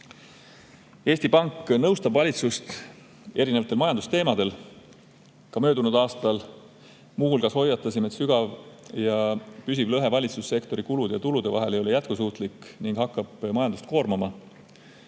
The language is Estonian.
Eesti Pank nõustab valitsust erinevatel majandusteemadel. Ka möödunud aastal muu hulgas hoiatasime, et sügav ja püsiv lõhe valitsussektori kulude ja tulude vahel ei ole jätkusuutlik ning hakkab majandust koormama.